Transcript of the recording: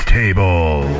table